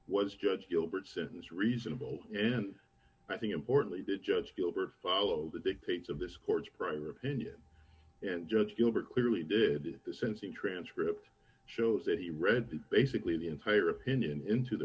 was judge gilbert sentence reasonable and i think importantly did judge gilbert follow the dictates of this court's prior opinion and judge gilbert clearly did the sensing transcript shows that he read basically the entire opinion into the